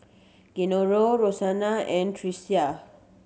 Gennaro Rosanna and Tricia